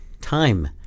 time